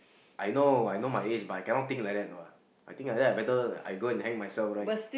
I know I know my age but I cannot think like that no lah I think like that I better hang myself right